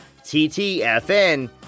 TTFN